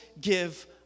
give